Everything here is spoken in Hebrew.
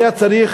היה צריך